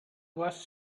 was